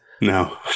No